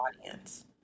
audience